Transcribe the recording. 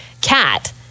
cat